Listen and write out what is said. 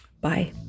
bye